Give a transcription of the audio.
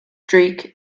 streak